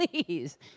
please